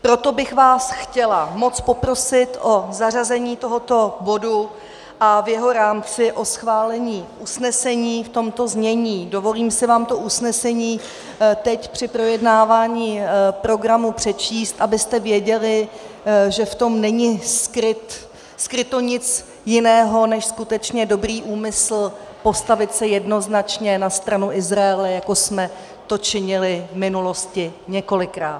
Proto bych vás chtěla moc poprosit o zařazení tohoto bodu a v jeho rámci o schválení usnesení v tomto znění dovolím si vám to usnesení teď při projednávání programu přečíst, abyste věděli, že v tom není skryto nic jiného než skutečně dobrý úmysl postavit se jednoznačně na stranu Izraele, jako jsme to činili v minulosti několikrát.